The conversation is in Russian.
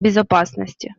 безопасности